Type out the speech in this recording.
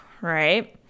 right